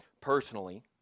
personally